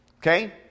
Okay